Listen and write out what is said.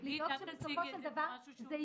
אל תציגי את זה כך.